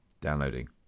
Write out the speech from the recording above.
downloading